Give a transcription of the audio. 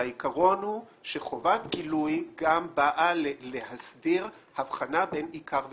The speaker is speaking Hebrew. והעיקרון הוא שחובת גילוי גם באה להסדיר הבחנה בין עיקר וטפל.